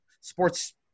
Sports